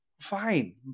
fine